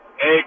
Hey